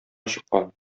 чыккан